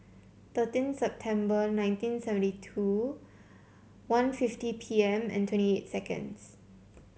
thirteen September nineteen seventy two one fifty P M and twenty eight seconds